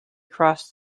crossed